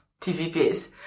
TVPs